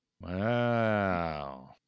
Wow